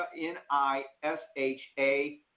N-I-S-H-A